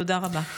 תודה רבה.